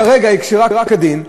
כרגע היא כשרה כדין,